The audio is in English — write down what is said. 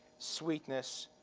sweetness,